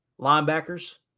linebackers